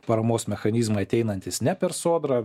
paramos mechanizmai ateinantys ne per sodrą